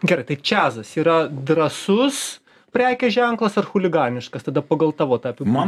gerai tai čiazas yra drąsus prekės ženklas ar chuliganiškas tada pagal tavo tą apibū